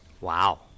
Wow